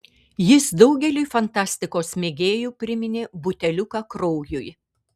jis daugeliui fantastikos mėgėjų priminė buteliuką kraujui